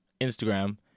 Instagram